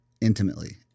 intimately